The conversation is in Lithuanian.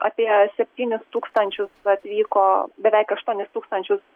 apie septynis tūkstančius atvyko beveik aštuonis tūkstančius